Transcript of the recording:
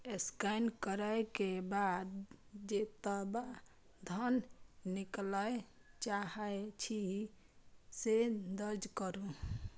scan करै के बाद जेतबा धन निकालय चाहै छी, से दर्ज करू